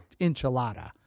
enchilada